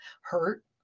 hurt